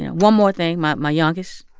one more thing my my youngest,